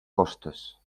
costes